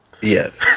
Yes